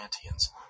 Atlanteans